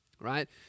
Right